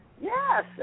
Yes